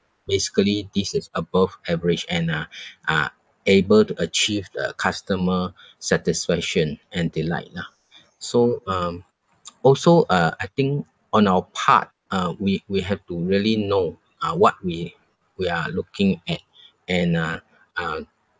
basically this is above average and uh are able to achieve the customer satisfaction and delight lah so um also uh I think on our part uh we we have to really know uh what we we are looking at and uh uh